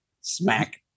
smack